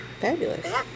Fabulous